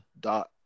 dot